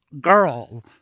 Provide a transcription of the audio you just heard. girl—